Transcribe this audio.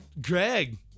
Greg